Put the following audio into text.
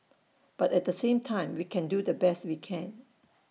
but at the same time we can do the best we can